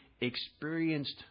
experienced